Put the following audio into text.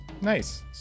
Nice